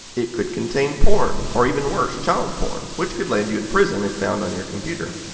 it could contain porn or even worse child porn, which could land you in prison if found on your computer.